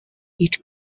each